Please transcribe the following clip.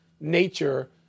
nature